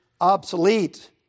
obsolete